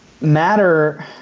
Matter